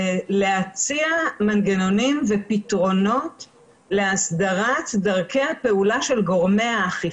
ההד של זה הוא שאנשים יפנו פחות לקבל עזרה ותהיה מורכבות רבה יותר